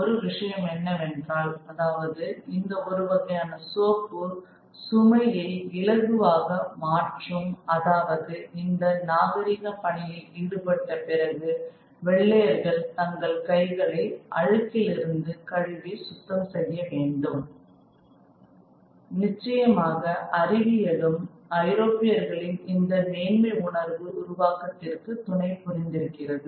ஒரு விஷயம் என்னவென்றால் அதாவது இந்த ஒரு வகையான சோப்பு சுமையை இலகுவாக மாற்றும் அதாவது இந்த நாகரிக பணியில் ஈடுபட்ட பிறகு வெள்ளையர்கள் தங்கள் கைகளை அழுக்கிலிருந்து கழுவி சுத்தம் செய்ய வேண்டும் நிச்சயமாக அறிவியலும் ஐரோப்பியர்களின் இந்த மேன்மை உணர்வு உருவாக்கத்திற்கு துணை புரிந்திருக்கிறது